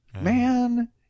Man